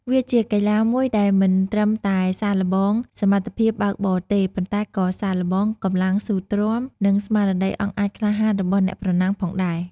វាជាកីឡាមួយដែលមិនត្រឹមតែសាកល្បងសមត្ថភាពបើកបរទេ ប៉ុន្តែក៏សាកល្បងកម្លាំងស៊ូទ្រាំ និងស្មារតីអង់អាចក្លាហានរបស់អ្នកប្រណាំងផងដែរ។